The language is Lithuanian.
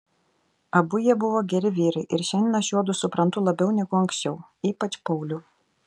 abu jie buvo geri vyrai ir šiandien aš juodu suprantu labiau negu anksčiau ypač paulių